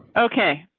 okay,